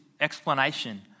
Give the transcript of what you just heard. explanation